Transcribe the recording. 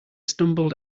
stumbled